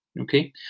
Okay